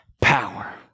power